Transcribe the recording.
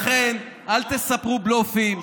לכן, אל תספרו בלופים.